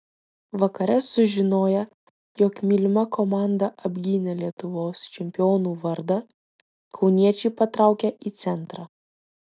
vakare sužinoję jog mylima komanda apgynė lietuvos čempionų vardą kauniečiai patraukė į centrą